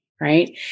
right